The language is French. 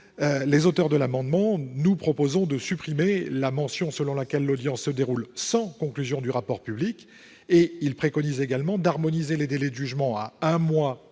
En conséquence, nous proposons de supprimer la mention selon laquelle l'audience se déroule sans conclusions du rapporteur public. Nous préconisons également d'harmoniser les délais de jugement à un mois